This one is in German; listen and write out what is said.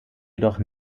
jedoch